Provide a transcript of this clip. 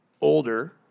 older